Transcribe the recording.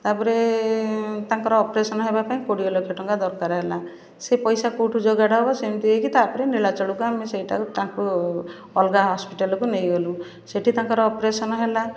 ତା'ପରେ ତାଙ୍କର ଅପରେସନ୍ ହେବା ପାଇଁ କୋଡ଼ିଏ ଲକ୍ଷ ଟଙ୍କା ଦରକାର ହେଲା ସେ ପଇସା କେଉଁଠୁ ଯୋଗାଡ଼ ହେବ ସେମତି ହେଇକି ତା'ପରେ ନୀଳାଚଳକୁ ଆମେ ସେଇଟାକୁ ତାଙ୍କୁ ଅଲଗା ହସ୍ପିଟାଲକୁ ନେଇଗଲୁ ସେଠି ତାଙ୍କର ଅପରେସନ୍ ହେଲା